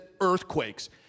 earthquakes